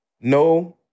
No-